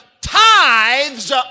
tithes